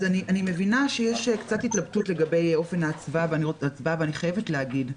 אני מבינה שיש קצת התלבטות לגבי אופן ההצבעה ואני חייבת להגיד,